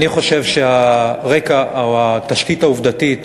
אני חושב שהתשתית העובדתית